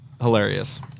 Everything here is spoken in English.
hilarious